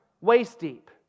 waist-deep